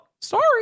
sorry